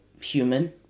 human